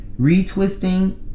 retwisting